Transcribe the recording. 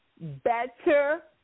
better